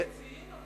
גם המציעים הלכו.